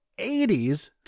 80s